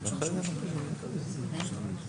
מלכתחילה לא